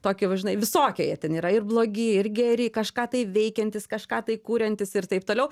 tokiu va žinai visokie jie ten yra ir blogi ir geri kažką tai veikiantys kažką tai kuriantys ir taip toliau